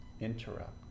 Interrupt